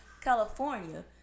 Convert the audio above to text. California